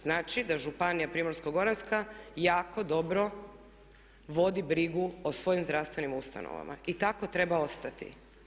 Znači da županija Primorsko-goranska jako dobro vodi brigu o svojim zdravstvenim ustanovama i tako treba ostati.